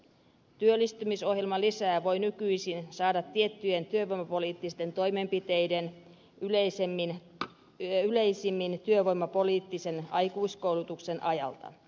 työllistymisohjelmalisää voi nykyisin saada tiettyjen työvoimapoliittisten toimenpiteiden yleisimmin työvoimapoliittisen aikuiskoulutuksen ajalta